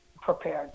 prepared